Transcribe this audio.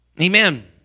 Amen